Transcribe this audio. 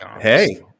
Hey